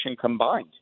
combined